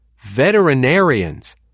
veterinarians